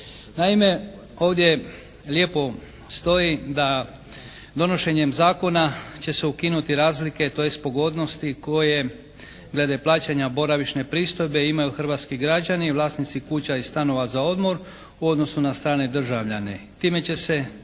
Naime, ovdje lijepo stoji da donošenjem zakona će se ukinuti razlike tj. pogodnosti koje glede plaćanja boravišne pristojbe imaju hrvatski građani, vlasnici kuća i stanova za odmor u odnosu na strane državljane. Time će se